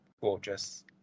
gorgeous